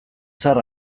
zahar